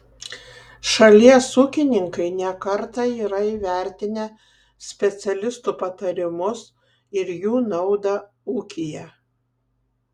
šalies ūkininkai ne kartą yra įvertinę specialistų patarimus ir jų naudą ūkyje